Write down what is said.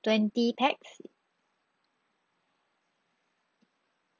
twenty pax